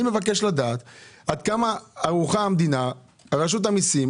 אני מבקש לדעת עד כמה ערוכות המדינה ורשות המיסים